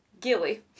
Gilly